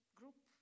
group